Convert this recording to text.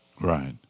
Right